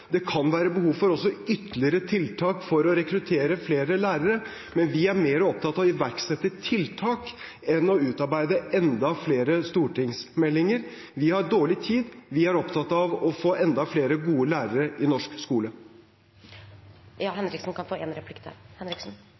det kan være behov for ytterligere tiltak for å rekruttere flere lærere, men vi er mer opptatt av å iverksette tiltak enn å utarbeide enda flere stortingsmeldinger. Vi har dårlig tid. Vi er opptatt av å få enda flere gode lærere i norsk